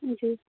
جی